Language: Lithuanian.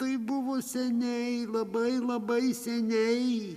tai buvo seniai labai labai seniai